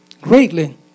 greatly